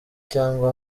cyangwa